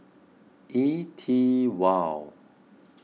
E T wow